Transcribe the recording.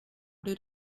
did